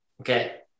Okay